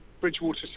Bridgewater